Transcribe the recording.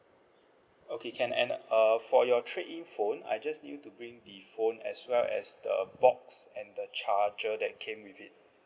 okay can and uh for your trade in phone I just need you to bring the phone as well as the box and the charger that came with it